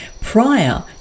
prior